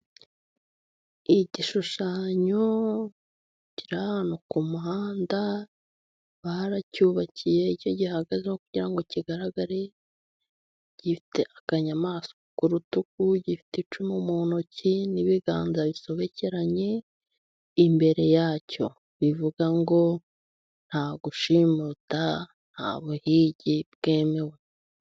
Igishushanyo kiri ahantu ku muhanda, baracyubakiye icyo gihagazeho kugira ngo kigaragare, gifite akanyamanswa ku rutugu, gifite icumu mu ntoki n'ibiganza bisobekeranye imbere yacyo, bivuga ngo nta gushimuta, nta buhigi bwemewe.